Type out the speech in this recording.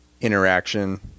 interaction